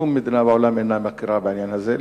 שום מדינה בעולם אינה מכירה בעניין הזה,